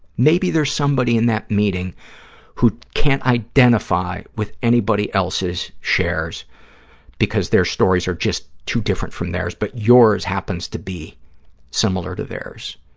maybe there's somebody in that meeting who can't identify with anybody else's shares because their stories are just too different from theirs but yours happens to be similar to theirs,